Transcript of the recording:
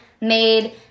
made